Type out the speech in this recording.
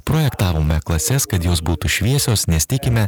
projektavome klases kad jos būtų šviesios nes tikime